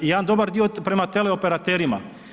Jedan dobar dio prema teleoperaterima.